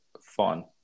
fun